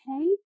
Okay